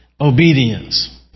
obedience